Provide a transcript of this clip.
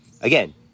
again